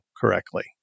correctly